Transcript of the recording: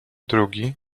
drugi